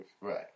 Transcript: Right